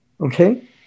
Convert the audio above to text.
okay